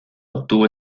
obtuvo